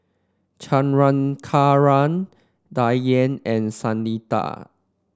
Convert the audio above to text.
Chandrasekaran Dhyan and Sunita